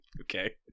okay